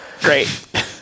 Great